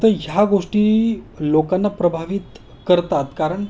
तर ह्या गोष्टी लोकांना प्रभावित करतात कारण